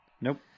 Nope